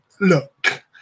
look